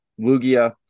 Lugia